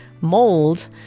mold